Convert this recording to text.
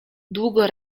długo